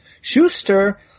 Schuster